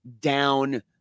down